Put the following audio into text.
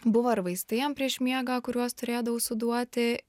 buvo ir vaistai jam prieš miegą kuriuos turėdavau suduoti